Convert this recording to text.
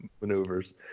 maneuvers